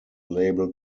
label